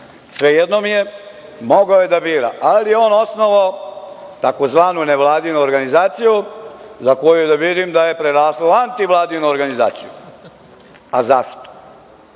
svejedno mi je, mogao je da bira. Ali je on osnovao tzv. nevladinu organizaciju za koju vidim da je prerasla u antivladinu organizaciju. Zašto?